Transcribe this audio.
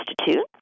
Institute